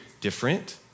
different